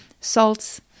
salts